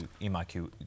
MIQ